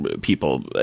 people